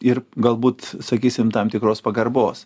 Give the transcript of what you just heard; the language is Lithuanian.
ir galbūt sakysim tam tikros pagarbos